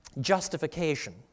justification